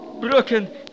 broken